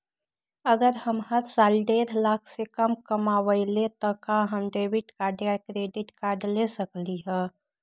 अगर हम हर साल डेढ़ लाख से कम कमावईले त का हम डेबिट कार्ड या क्रेडिट कार्ड ले सकली ह?